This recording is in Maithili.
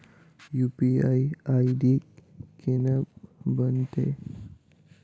यु.पी.आई आई.डी केना बनतै?